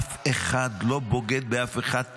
אף אחד לא בוגד באף אחד.